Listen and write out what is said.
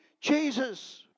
Jesus